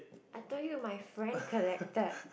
I told you my friend collected